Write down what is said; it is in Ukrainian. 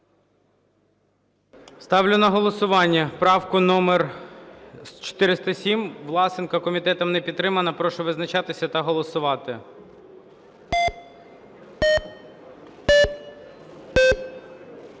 Ставлю на голосування правку номер 407 Власенка. Комітетом не підтримана. Прошу визначатися та голосувати.